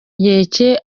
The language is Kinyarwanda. inkeke